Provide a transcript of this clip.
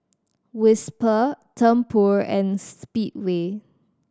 Whisper Tempur and Speedway